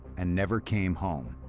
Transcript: and never came home.